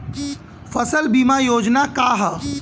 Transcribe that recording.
फसल बीमा योजना का ह?